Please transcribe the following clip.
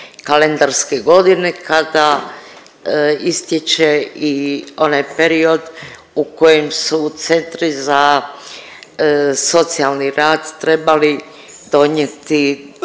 kalendarske godine kada istječe i onaj period u kojem su centri za socijalni rad trebali donijeti